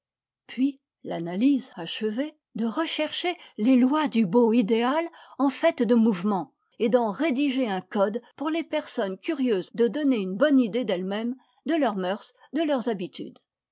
puis l'analyse achevée de rechercher les lois du beau idéal en fait de mouvement et d'en rédiger un code pour les personnes curieuses de donner une bonne idée d'elles-mêmes de leurs mœurs de leurs habitudes